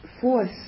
fourth